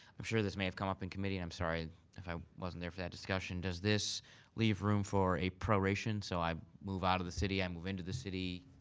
i'm sure this may have come up in committee, and i'm sorry if i wasn't there for that discussion. does this leave room for a proration? so i move out of the city, i move into the city.